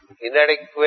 inadequate